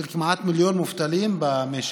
כמעט מיליון מובטלים במשק.